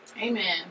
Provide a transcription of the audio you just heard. Amen